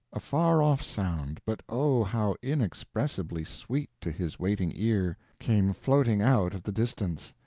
a far-off sound, but oh, how inexpressibly sweet to his waiting ear, came floating out of the distance